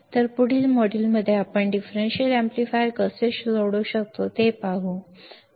तर पुढील मॉड्यूलमध्ये आपण डिफरेंशियल एम्पलीफायर कसे सोडवू शकतो ते पाहू